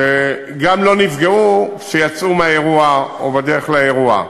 וגם לא נפגעו כשיצאו מהאירוע או בדרך לאירוע.